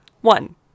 One